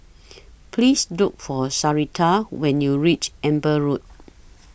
Please Look For Sharita when YOU REACH Amber Road